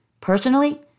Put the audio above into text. Personally